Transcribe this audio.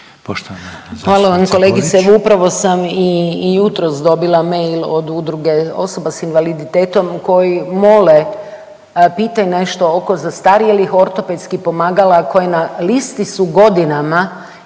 Hvala vam kolegice, evo upravo sam i, i jutros dobila mail od Udruge osoba s invaliditetom koji mole, pitaju nešto oko zastarjelih ortopedskih pomagala koji na listi su godinama